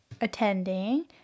attending